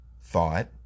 thought